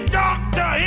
doctor